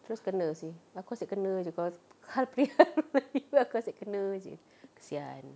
terus kena seh aku asyik kena jer cause hari-hari aku asyik kena seh kasihan